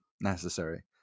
necessary